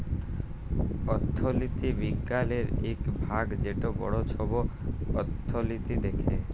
অথ্থলিতি বিজ্ঞালের ইক ভাগ যেট বড় ছব অথ্থলিতি দ্যাখে